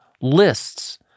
lists